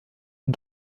und